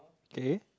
K